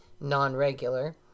non-regular